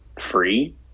free